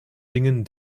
dingen